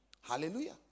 hallelujah